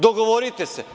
Dogovorite se.